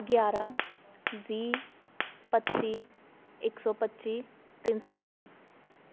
ਗਿਆਰ੍ਹਾਂ ਵੀਹ ਪੱਚੀ ਇੱਕ ਸੌ ਪੱਚੀ ਤਿੰਨ ਸੌ ਪੱਚੀ